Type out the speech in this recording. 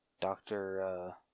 Doctor